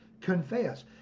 confess